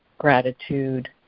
gratitude